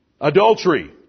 adultery